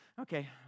Okay